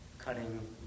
cutting